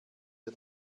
wir